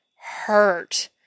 hurt